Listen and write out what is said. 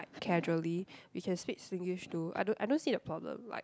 like casually we can speak Singlish too I don't I don't see the problem like